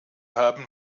haben